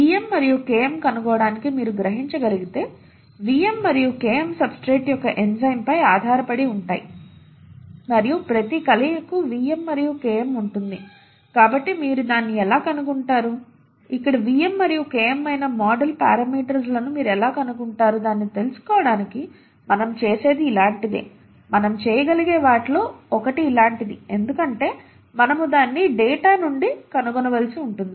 Vm మరియు Km కనుగోవడానికి మీరు గ్రహించగలిగితే Vm మరియు Km సబ్స్ట్రేట్ యొక్క ఎంజైమ్పై ఆధారపడి ఉంటాయి మరియు ప్రతి కలయికకు Vm మరియు Km ఉంటుంది కాబట్టి మీరు దానిని ఎలా కనుగొంటారు ఇక్కడ Vm మరియు Km అయిన మోడల్ పారామీటర్స్ లను మీరు ఎలా కనుగొంటారు దాన్ని తెలుసుకోవడానికి మనం చేసేది ఇలాంటిదే మనం చేయగలిగే వాటిలో ఒకటి ఇలాంటిది ఎందుకంటే మనము దానిని డేటా నుండి కనుగొనవలసి ఉంటుంది